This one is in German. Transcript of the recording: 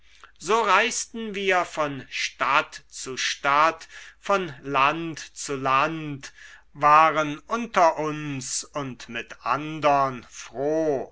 so reisten wir von stadt zu stadt von land zu land waren unter uns und mit andern